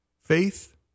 faith